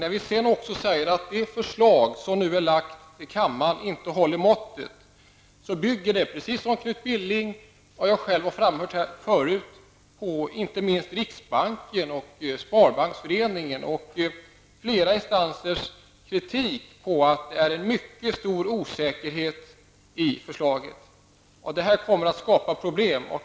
När vi sedan säger att de förslag som nu föreligger inte håller måttet bygger det, precis som Knut Billing och jag själv förut har framfört, på att inte minst riksbanken, Sparbanksföreningen och flera remissinstanser kritiserat förslaget och sagt att det är mycket osäkert. Det här kommer att skapa problem.